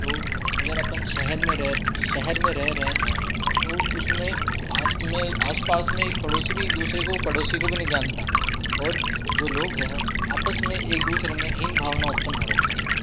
तो अगर अपन शहर में रह शहर में रह रहें हैं तो उसमें आस में आस पास में एक पड़ोसी भी एक दूसरे को पड़ोसी को भी नहीं जानता और जो लोग हैं आपस में एक दूसरे में हीन भावना उत्पन्न हो रखी हैं उनमें